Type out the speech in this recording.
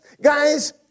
guys